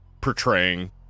portraying